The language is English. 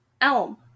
Elm